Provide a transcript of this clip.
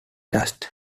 dust